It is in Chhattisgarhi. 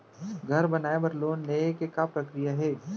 घर बनाये बर लोन लेहे के का प्रक्रिया हे?